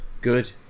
Good